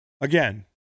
again